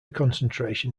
concentration